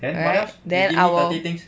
then I'll